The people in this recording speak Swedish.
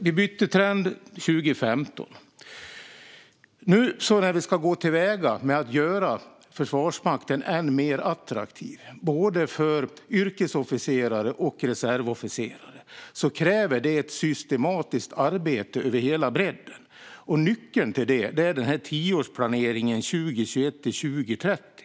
Vi bytte trend 2015. När vi nu ska börja göra Försvarsmakten än mer attraktiv för både yrkesofficerare och reservofficerare krävs ett systematiskt arbete över hela bredden. Nyckeln till det är tioårsplaneringen för 2021-2030.